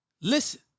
Listen